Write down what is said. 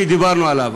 כי דיברנו עליו,